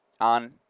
on